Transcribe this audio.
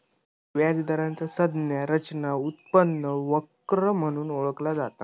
व्याज दराचा संज्ञा रचना उत्पन्न वक्र म्हणून ओळखला जाता